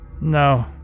No